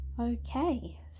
okay